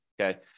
okay